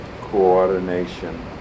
coordination